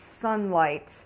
sunlight